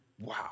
Wow